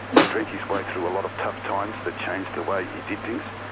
he drank his way through a lot of tough times that changed the way he did things.